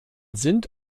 sind